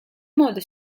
modo